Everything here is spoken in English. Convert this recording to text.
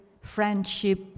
friendship